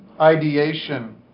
ideation